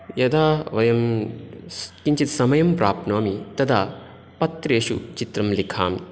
यदा वयं स् किञ्चित् समयं प्राप्नोमि तदा पत्रेषु चित्रं लिखामि